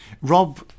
Rob